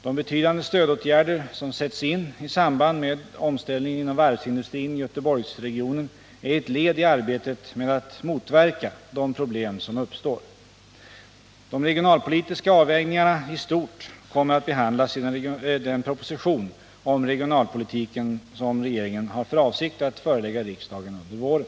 De betydande stödåtgärder som sätts i samband med omställningen inom varvsindustrin i Göteborgsregionen är ett led i arbetet med att motverka de problem som uppstår. De regionalpolitiska avvägningarna i stort kommer att behandlas i den proposition om regionalpolitiken som regeringen har för avsikt att förelägga riksdagen under våren.